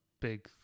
big